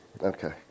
okay